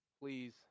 Please